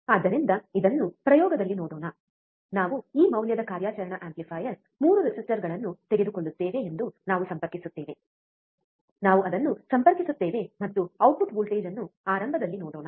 ಆದ್ದರಿಂದ ಇದನ್ನು ಪ್ರಯೋಗದಲ್ಲಿ ನೋಡೋಣ ನಾವು ಈ ಮೌಲ್ಯದ ಕಾರ್ಯಾಚರಣಾ ಆಂಪ್ಲಿಫಯರ್ 3 ರೆಸಿಸ್ಟರ್ಗಳನ್ನು ತೆಗೆದುಕೊಳ್ಳುತ್ತೇವೆ ಎಂದು ನಾವು ಸಂಪರ್ಕಿಸುತ್ತೇವೆ ನಾವು ಅದನ್ನು ಸಂಪರ್ಕಿಸುತ್ತೇವೆ ಮತ್ತು ಔಟ್ಪುಟ್ ವೋಲ್ಟೇಜ್ ಅನ್ನು ಆರಂಭದಲ್ಲಿ ನೋಡೋಣ